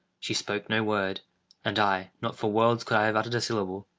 she spoke no word and i not for worlds could i have uttered a syllable.